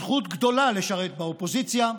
אופוזיציה, זכות גדולה לשרת באופוזיציה,